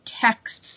texts